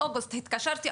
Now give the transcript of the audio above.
התקשרתי,